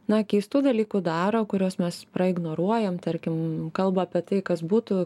na keistų dalykų daro kuriuos mes praignoruojam tarkim kalba apie tai kas būtų